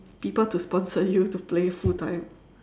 people to sponsor you to play full time